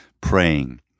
praying